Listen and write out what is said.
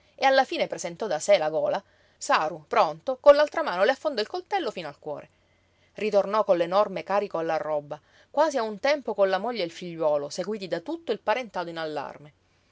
e alla fine presentò da sé la gola saru pronto con l'altra mano le affondò il coltello fino al cuore ritornò con l'enorme carico alla roba quasi a un tempo con la moglie e il figliuolo seguiti da tutto il parentado in allarme